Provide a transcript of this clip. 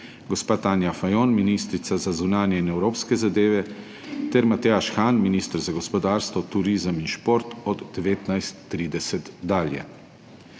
gospa Tanja Fajon, ministrica za zunanje in evropske zadeve, ter Matjaž Han, minister za gospodarstvo, turizem in šport, od 19.30 dalje.